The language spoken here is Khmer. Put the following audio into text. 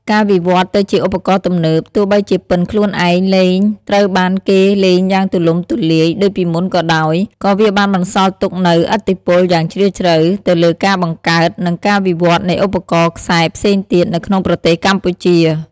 ការវិវត្តន៍ទៅជាឧបករណ៍ទំនើប ទោះបីជាពិណខ្លួនឯងលែងត្រូវបានគេលេងយ៉ាងទូលំទូលាយដូចពីមុនក៏ដោយ ក៏វាបានបន្សល់ទុកនូវឥទ្ធិពលយ៉ាងជ្រាលជ្រៅទៅលើការបង្កើត និងការវិវត្តន៍នៃឧបករណ៍ខ្សែផ្សេងទៀតនៅក្នុងប្រទេសកម្ពុជា។